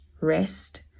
rest